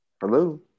Hello